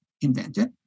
invented